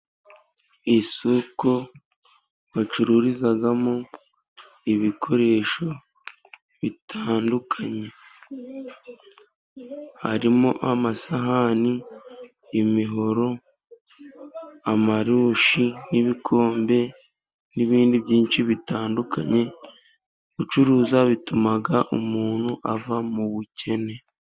Isoko bacururizamo ibikoresho bitandukanye. Harimo amasahani, imihoro, amarushi n'ibikombe n'ibindi byinshi bitandukanye, gucuruza bituma umuntu ava mu bukene.